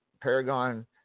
Paragon